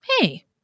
hey